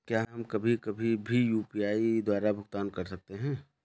क्या हम कभी कभी भी यू.पी.आई द्वारा भुगतान कर सकते हैं?